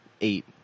eight